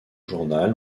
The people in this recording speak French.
journal